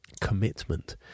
commitment